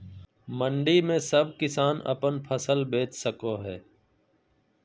मंडी में सब किसान अपन फसल बेच सको है?